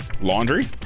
laundry